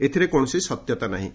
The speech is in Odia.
ଏଥିରେ କୌଣସି ସତ୍ୟତା ନାହିଁ